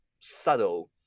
subtle